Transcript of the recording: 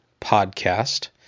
Podcast